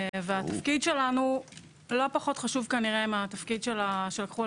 והתפקיד שלנו לא פחות חשוב כנראה מהתפקיד שלקחו על